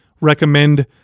recommend